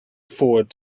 forward